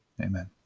Amen